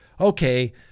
okay